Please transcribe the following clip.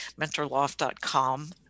MentorLoft.com